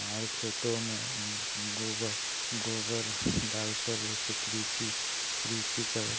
हमारे खेतों में गोबर गोबर डाल कर उससे कृषि कृषि को